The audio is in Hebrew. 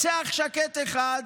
רוצח שקט אחד